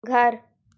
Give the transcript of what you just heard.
घर